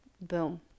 boom